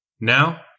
Now